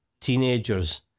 teenagers